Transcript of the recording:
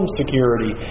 security